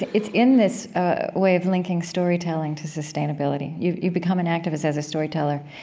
it's in this way of linking storytelling to sustainability. you've you've become an activist as a storyteller.